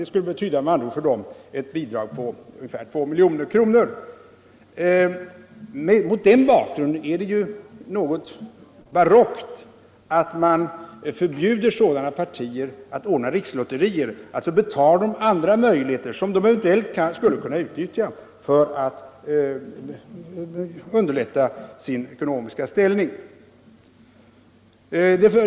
Det skulle med andra ord betyda ett stöd med 2 milj.kr. Mot den bakgrunden är det ju något barockt att förbjuda sådana partier att ordna rikslotterier och sålunda beta dem andra möjligheter att förbättra sin ekonomiska ställning.